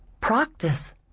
Practice